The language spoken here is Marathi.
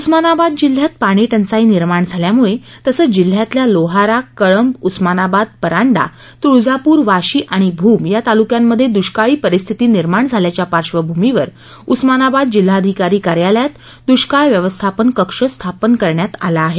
उस्मानाबाद जिल्ह्यात पाणी टंचाई निर्माण झाल्यामुळे तसंच जिल्ह्यातल्या लोहारा कळंब उस्मानाबाद परांडा तुळजापूर वाशी आणि भूम या तालुक्यांमध्ये दुष्काळी परिस्थिती निर्माण झाल्याच्या पार्श्वभूमीवर उस्मानाबाद जिल्हाधिकारी कार्यालयात दुष्काळ व्यवस्थापन कक्ष स्थापन करण्यात आला आहे